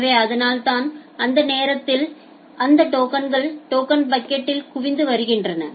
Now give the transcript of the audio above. எனவே அதனால்தான் அந்த நேரத்தில் அந்த டோக்கன்கள் டோக்கன் பக்கெட்யில் குவிந்து வருகின்றன